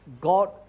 God